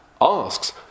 asks